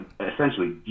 essentially